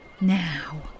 Now